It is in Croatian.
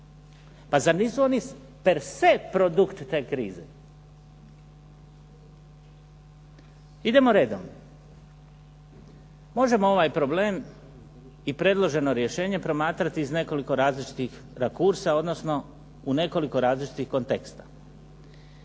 Pa zar nisu oni per se produkt te krize? Idemo redom. Možemo ovaj problem i predloženo rješenje promatrati iz nekoliko različitih rakursa odnosno u nekoliko različitih konteksta.